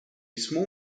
small